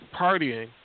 partying